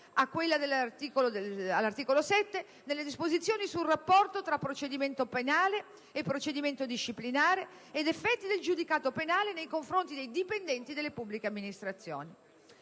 di cui all'articolo 17, sul rapporto tra procedimento penale e procedimento disciplinare ed effetti del giudicato penale nei confronti dei dipendenti delle pubbliche amministrazioni.